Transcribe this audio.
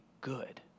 good